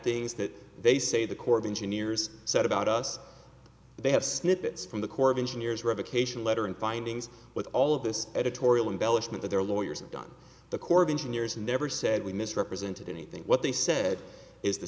things that they say the corps of engineers said about us they have snippets from the corps of engineers revocation letter and findings with all of this editorial embellishment of their lawyers and on the corps of engineers and never said we misrepresented anything what they said is the